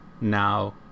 Now